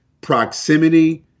proximity